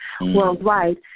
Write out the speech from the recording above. worldwide